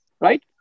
right